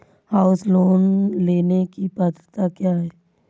House loan लेने की पात्रता क्या है?